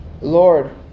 Lord